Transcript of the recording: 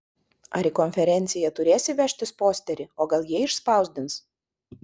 ar į konferenciją turėsi vežtis posterį o gal jie išspausdins